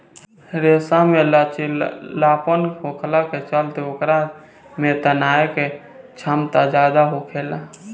रेशा में लचीलापन होखला के चलते ओकरा में तनाये के क्षमता ज्यादा होखेला